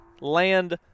Land